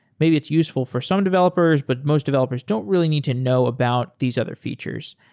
maybe it's useful for some developers, but most developers don't really need to know about these other features.